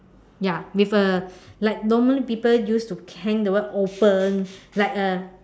ya with a like normally people use to hang the word open like a